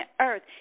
Earth